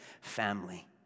family